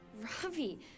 Ravi